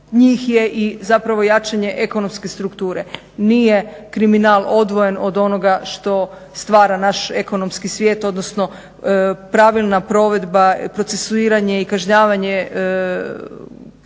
njih je zapravo i jačanje ekonomske strukture. Nije kriminal odvojen od onoga što stvara naš ekonomski svijet, odnosno pravilna provedba, procesuiranje i kažnjavanje kriminala